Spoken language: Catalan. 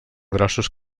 grossos